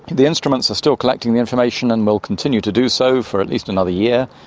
the instruments are still collecting the information and will continue to do so for at least another year.